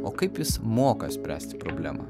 o kaip jis moka spręsti problemą